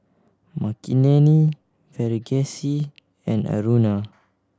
Makineni Verghese and Aruna